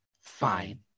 fine